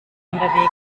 unterwegs